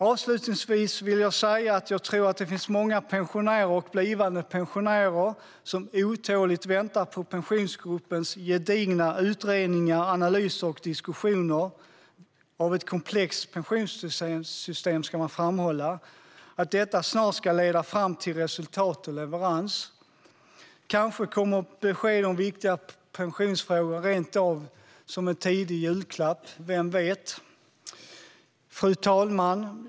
Avslutningsvis tror jag att det finns många pensionärer och blivande pensionärer som otåligt väntar på att Pensionsgruppens gedigna utredningar, analyser och diskussioner - av ett komplext pensionssystem, ska framhållas - snart ska leda fram till resultat och leverans. Kanske kommer besked om viktiga pensionsfrågor rent av som en tidig julklapp. Vem vet? Fru talman!